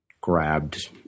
grabbed